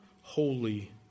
holy